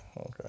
Okay